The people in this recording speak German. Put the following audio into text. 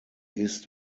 ist